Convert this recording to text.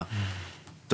כפי שהם מעידים,